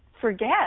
forget